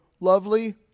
lovely